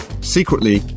Secretly